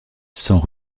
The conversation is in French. sans